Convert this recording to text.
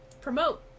promote